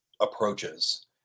approaches